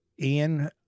Ian